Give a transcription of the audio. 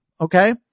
Okay